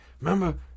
remember